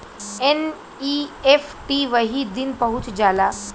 NEFT वही दिन पहुंच जाला